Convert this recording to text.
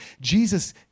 Jesus